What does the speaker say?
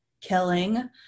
killing